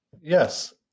Yes